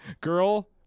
girl